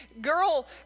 girl